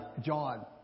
John